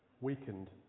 weakened